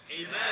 Amen